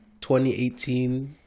2018